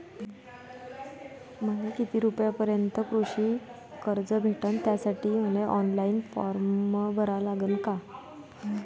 मले किती रूपयापर्यंतचं कृषी कर्ज भेटन, त्यासाठी मले ऑनलाईन फारम भरा लागन का?